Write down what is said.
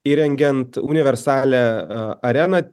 įrengiant universalią areną